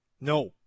no